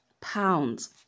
pounds